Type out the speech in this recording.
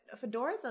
fedora